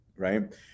Right